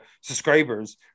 subscribers